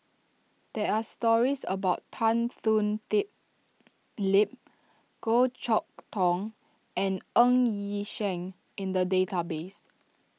there are stories about Tan Thoon D Lip Goh Chok Tong and Ng Yi Sheng in the database